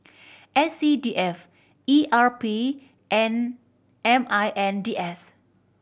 S C D F E R P and M I N D S